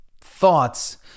thoughts